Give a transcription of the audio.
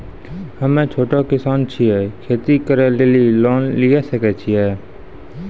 हम्मे छोटा किसान छियै, खेती करे लेली लोन लिये सकय छियै?